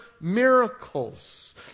miracles